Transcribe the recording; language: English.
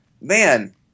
man